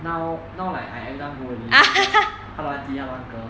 now now like I every time go already then just hello aunty hello uncle